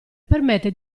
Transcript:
permette